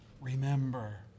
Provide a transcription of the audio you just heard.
remember